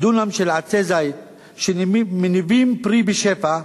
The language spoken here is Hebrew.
דונם של עצי זית שמניבים פרי בשפע,